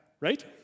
Right